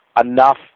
enough